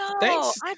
thanks